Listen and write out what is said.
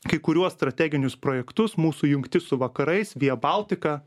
kai kuriuos strateginius projektus mūsų jungtis su vakarais via baltika